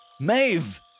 Maeve